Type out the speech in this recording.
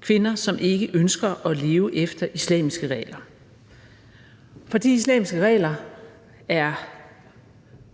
kvinder, som ikke ønsker at leve efter islamiske regler. For islamiske regler er